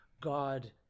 God